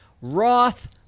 Roth